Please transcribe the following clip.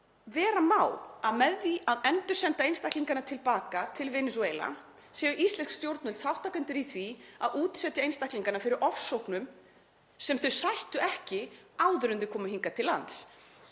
vera má að með því að endursenda þau til baka til Venesúela séu íslensk stjórnvöld þátttakendur í því að útsetja þau fyrir ofsóknum sem þau sættu ekki áður en þau komu hingað til lands.